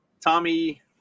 Tommy